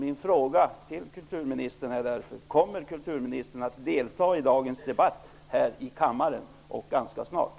Min fråga till kulturministern är: Kommer kulturministern att delta i dagens debatt här i kammaren alldeles strax?